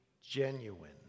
genuine